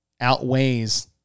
outweighs